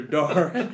dark